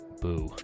Boo